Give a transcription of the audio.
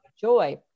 joy